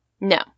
No